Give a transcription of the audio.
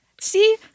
See